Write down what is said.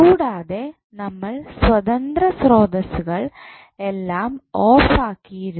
കൂടാതെ നമ്മൾ സ്വതന്ത്ര സ്രോതസ്സുകൾ എല്ലാം ഓഫ് ആക്കിയിരുന്നു